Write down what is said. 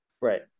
right